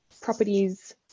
properties